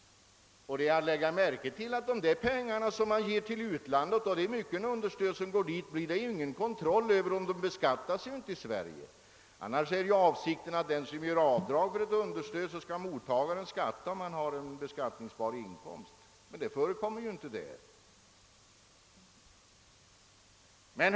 Det är att lägga märke till att de pengar som man ger till utlandet — det är många understöd som går dit — blir det ingen kontroll över, och de beskattas inte i Sverige. Annars är ju avsikten att om givaren gör avdrag för ett understöd skall mottagaren skatta, ifall han har en beskattningsbar inkomst. Det förekommer alltså inte i sådana fall.